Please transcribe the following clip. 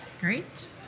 Great